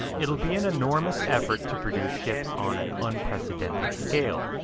it'll be an enormous effort to produce ships on an unprecedented scale.